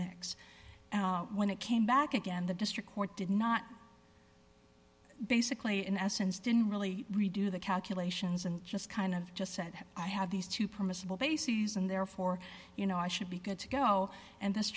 mix and when it came back again the district court did not basically in essence didn't really redo the calculations and just kind of just said i had these two permissible bases and therefore you know i should be good to go and this